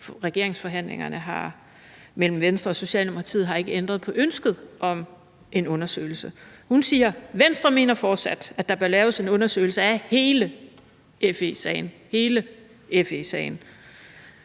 regeringsforhandlingerne mellem Venstre og Socialdemokratiet ikke har ændret på ønsket om en undersøgelse. Hun siger: »Venstre mener fortsat, at der bør laves en undersøgelse af hele FE-sagen« – hele FE-sagen.